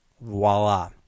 Voila